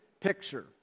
picture